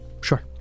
Sure